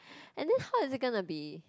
and then how it's gonna be